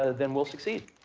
ah then we'll succeed.